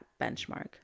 benchmark